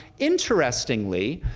interestingly,